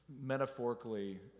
metaphorically